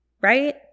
right